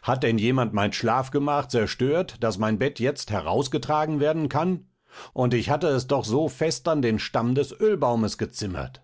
hat denn jemand mein schlafgemach zerstört daß mein bett jetzt herausgetragen werden kann und ich hatte es doch so fest an den stamm des ölbaumes gezimmert